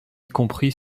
compris